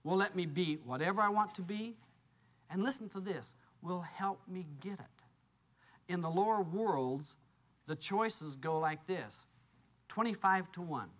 well let me be whatever i want to be and listen to this will help me get in the lower worlds the choices go like this twenty five to one